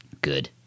good